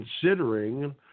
considering